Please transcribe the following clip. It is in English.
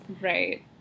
right